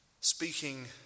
speaking